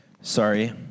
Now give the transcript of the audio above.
Sorry